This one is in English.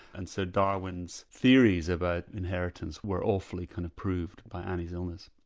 and so darwin's theories about inheritance were awfully kind of proved by annie's illness.